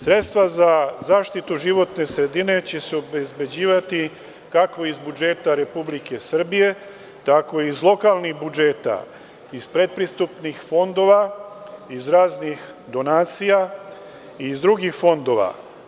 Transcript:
Sredstva za zaštitu životne sredine će se obezbeđivati kako iz budžeta Republike Srbije tako i iz lokalnih budžeta, iz predpristupnih fondova, iz raznih donacija i iz drugih fondova.